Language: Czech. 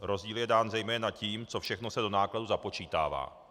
Rozdíl je dán zejména tím, co všechno se do nákladů započítává.